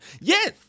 Yes